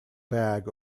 bag